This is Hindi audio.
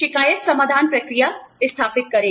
शिकायत समाधान प्रक्रिया स्थापित करें